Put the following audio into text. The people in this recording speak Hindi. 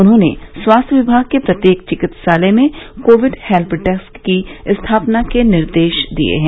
उन्होंने स्वास्थ्य विभाग के प्रत्येक चिकित्सालय में कोविड हेल्य डेस्क की स्थापना के निर्देश दिये हैं